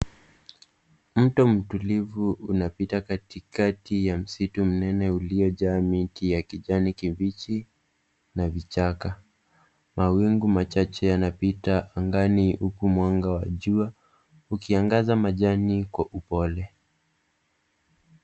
Mto mtulivu unapita katikati ya msitu mnene uliojaa miti ya kijani kibichi na vichaka. Mawingu machache yanapita angani huku mwanga wa jua ukiangaza majani kwa upole.